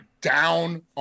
down